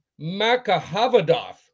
Makahavadov